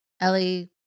Ellie